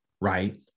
right